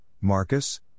Marcus